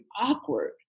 awkward